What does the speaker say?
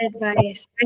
advice